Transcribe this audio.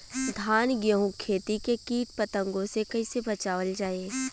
धान गेहूँक खेती के कीट पतंगों से कइसे बचावल जाए?